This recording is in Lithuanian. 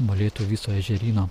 molėtų viso ežeryno